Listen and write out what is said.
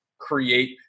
Create